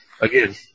again